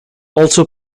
also